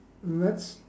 mm that's